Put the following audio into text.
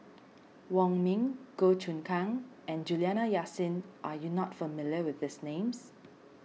Wong Ming Goh Choon Kang and Juliana Yasin are you not familiar with these names